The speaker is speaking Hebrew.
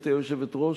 גברתי היושבת-ראש,